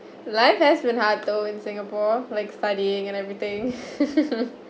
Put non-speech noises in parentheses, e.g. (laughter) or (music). life has been hard though in singapore like studying and everything (laughs)